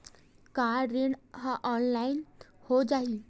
का ऋण ह ऑनलाइन हो जाही?